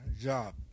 job